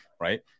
right